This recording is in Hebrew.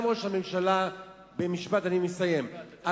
גם ראש הממשלה אמר מפורשות,